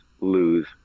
lose